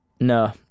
No